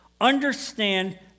understand